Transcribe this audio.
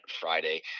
Friday